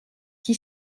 qui